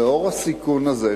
לנוכח הסיכון הזה,